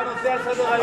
זה הנושא שעל סדר-היום.